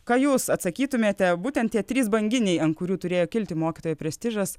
ką jūs atsakytumėte būtent tie trys banginiai ant kurių turėjo kilti mokytojų prestižas